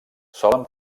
solen